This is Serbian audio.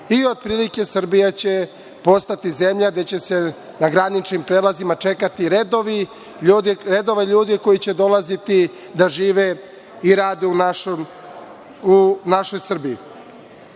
i otprilike Srbija će postati zemlja gde će se na graničnim prelazima čekati redovi, redovi ljudi koji će dolaziti da žive i rade u našoj Srbiji. Ono